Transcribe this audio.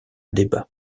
débat